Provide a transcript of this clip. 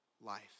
life